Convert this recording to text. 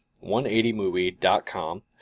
180movie.com